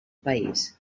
país